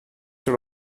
sur